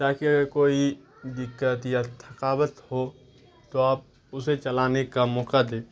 تاکہ اگر کوئی دقت یا تھکاوٹ ہو تو آپ اسے چلانے کا موقع دیں